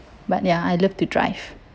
but ya I love to drive